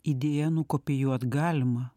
idėją nukopijuot galima